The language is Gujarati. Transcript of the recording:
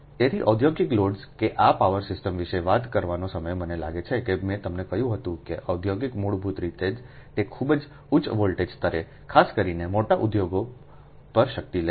તેથી ઔદ્યોગિક લોડ્સ કે આ પાવર સિસ્ટમ વિશે વાત કરવાનો સમય મને લાગે છે કે મેં તમને કહ્યું હતું કે ઔદ્યોગિક મૂળભૂત રીતે તે ખૂબ જ ઉચ્ચ વોલ્ટેજ સ્તરે ખાસ કરીને મોટા ઉદ્યોગો પર શક્તિ લે છે